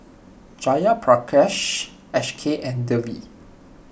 Jayaprakash Akshay and Devi